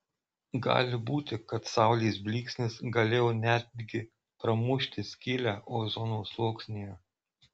gali būti kad saulės blyksnis galėjo netgi pramušti skylę ozono sluoksnyje